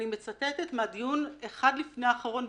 אני מצטטת מהדיון האחד לפני האחרון,